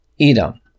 Edom